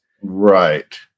Right